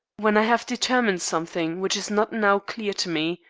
when i have determined something which is not now clear to me,